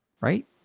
right